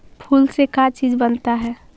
फूल से का चीज बनता है?